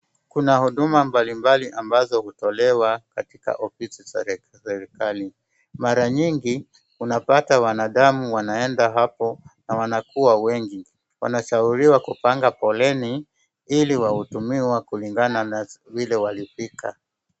Kuna huduma mbali mbali ambazo hutolewa katika ofisi za serikali. Maranyingi, unapata wanadamu wanaenda hapo na wanakuwa wengi. Wanashauriwa kupanga foleni ili wahudumiwe kulingana na vile walifika.